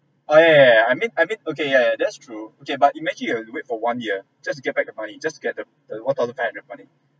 oh yeah yeah yeah mean I mean okay yeah yeah that's true okay but imagine you you wait for one year just to get back the money just to get the the one thousand five hundred money